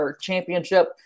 championship